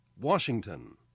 Washington